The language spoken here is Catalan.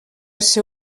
ser